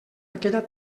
aquella